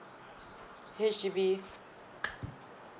H_D_B